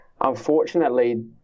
unfortunately